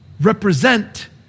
represent